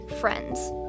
friends